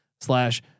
slash